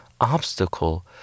obstacle